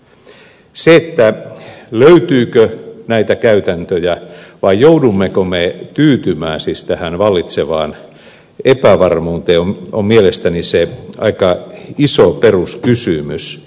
se löytyykö näitä käytäntöjä vai joudummeko me tyytymään tähän vallitsevaan epävarmuuteen on mielestäni se aika iso peruskysymys